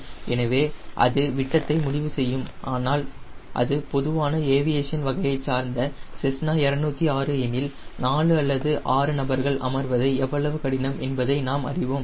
எனவே அது விட்டத்தை முடிவு செய்யும் ஆனால் அது பொதுவான ஏவியேஷன் வகையைச் சார்ந்த செஸ்னா 206 எனில் 4 அல்லது 6 நபர்கள் அமர்வதே எவ்வளவு கடினம் என்பதை நாம் அறிவோம்